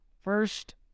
first